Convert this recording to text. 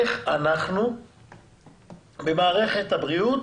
איך אנחנו במערכת הבריאות